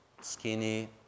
skinny